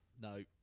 No